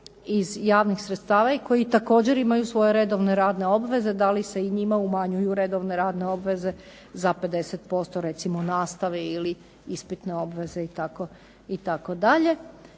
iz javnih sredstava i koji također imaju svoje redovne radne obveze. Da li se i njima umanjuju redovne radne obveze za 50% recimo nastave ili ispitne obveze itd.